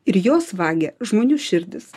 ir jos vagia žmonių širdis